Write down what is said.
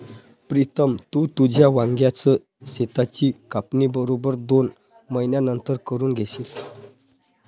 प्रीतम, तू तुझ्या वांग्याच शेताची कापणी बरोबर दोन महिन्यांनंतर करून घेशील